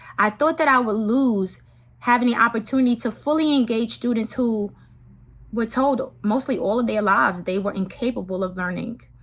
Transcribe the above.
i thought that i would lose having the opportunity to fully engage students who were told mostly all of their lives they were incapable of learning.